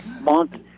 month